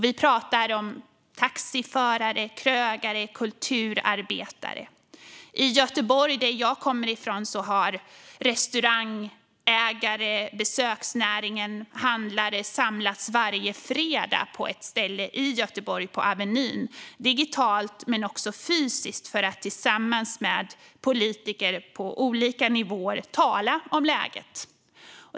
Vi pratar då om taxiförare, krögare och kulturarbetare. I Göteborg, som jag kommer ifrån, har restaurangägare, besöksnäring och handlare samlats varje fredag på ett ställe på Avenyn, digitalt men också fysiskt, för att tillsammans med politiker på olika nivåer tala om läget.